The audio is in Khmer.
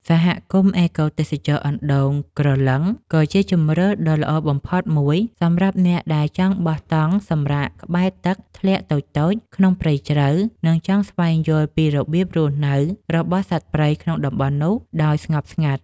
សហគមន៍អេកូទេសចរណ៍អណ្តូងក្រឡឹង ក៏ជាជម្រើសដ៏ល្អបំផុតមួយសម្រាប់អ្នកដែលចង់បោះតង់សម្រាកក្បែរទឹកធ្លាក់តូចៗក្នុងព្រៃជ្រៅ និង ចង់ស្វែងយល់ពីរបៀបរស់នៅរបស់សត្វព្រៃក្នុងតំបន់នោះដោយស្ងប់ស្ងាត់។